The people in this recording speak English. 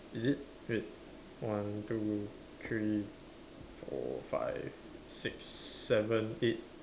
is it wait one two three four five six seven eight